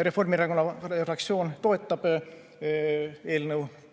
Reformierakonna fraktsioon toetab eelnõu